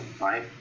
right